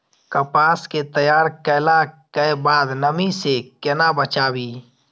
कपास के तैयार कैला कै बाद नमी से केना बचाबी?